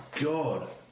god